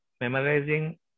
memorizing